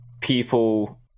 people